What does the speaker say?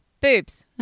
Boobs